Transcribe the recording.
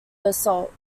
assault